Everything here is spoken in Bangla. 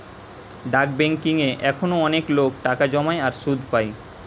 ডাক বেংকিং এ এখনো অনেক লোক টাকা জমায় আর সুধ পায়